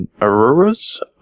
Aurora's